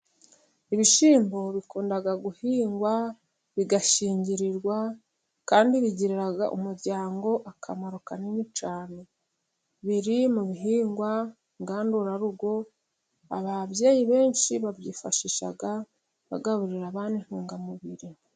Ibishyimbo bikunda guhingwa, bigashingirirwari kandi bigirira umuryango akamaro kanini cyane, biri mu bihingwa ngandurarugo, ababyeyi benshi babyifashisha bagaburira abana intungamubiri.